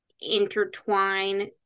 intertwine